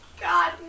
God